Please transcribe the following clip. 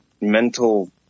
mental